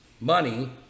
money